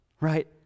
right